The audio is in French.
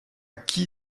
qui